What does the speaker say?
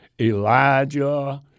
Elijah